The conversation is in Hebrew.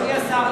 אדוני השר,